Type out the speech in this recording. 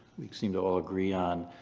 like seem to all agree on.